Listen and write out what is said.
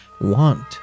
want